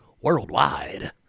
worldwide